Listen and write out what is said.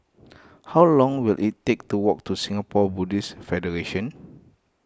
how long will it take to walk to Singapore Buddhist Federation